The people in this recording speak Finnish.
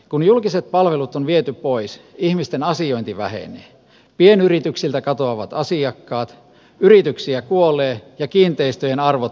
kun julkiset palvelut on viety pois ihmisten asiointi vähenee pienyrityksiltä katoavat asiakkaat yrityksiä kuolee ja kiinteistöjen arvot romahtavat